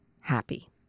happy